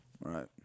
Right